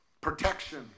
Protection